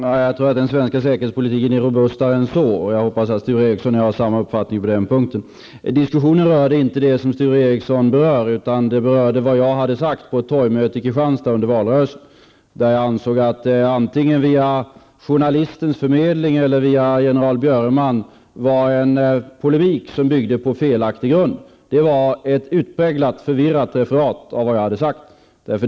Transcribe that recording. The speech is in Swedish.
Herr talman! Den svenska säkerhetspolitiken är nog robustare än så. Jag hoppas att Sture Ericson och jag har samma uppfattning på den punkten. Diskussionen berörde inte det som Sture Ericson tog upp, utan den berörde vad jag hade sagt på ett torgmöte i Kristianstad under valrörelsen, där jag gav uttryck för min uppfattning att polemiken, antingen via journalistens förmedling eller via general Björneman, byggde på felaktig grund. Det var ett utpräglat förvirrat referat av vad jag hade sagt.